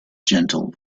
gentle